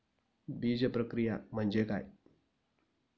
बीजप्रक्रिया म्हणजे काय?